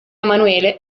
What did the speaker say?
emanuele